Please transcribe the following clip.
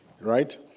right